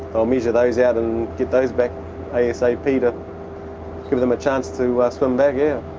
i'll measure those out, and get those back asap to give them a chance to ah swim back, yeah.